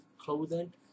clothing